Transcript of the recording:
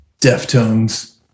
Deftones